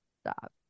Stop